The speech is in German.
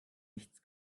nichts